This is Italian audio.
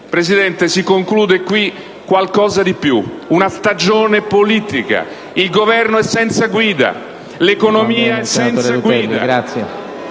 Presidente, si conclude qui qualcosa di più: una stagione politica. Il Governo è senza guida. L'economia è senza guida.